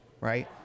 right